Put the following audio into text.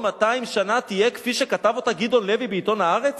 200 שנה תהיה כפי שכתב אותה גדעון לוי בעיתון "הארץ"?